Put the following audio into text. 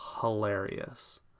hilarious